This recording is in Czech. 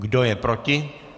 Kdo je proti?